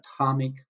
atomic